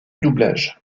doublage